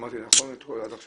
אתם